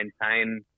maintain